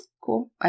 Cool